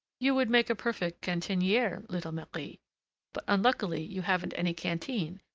you would make a perfect cantiniere, little marie but unluckily you haven't any canteen,